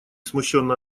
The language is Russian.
смущенно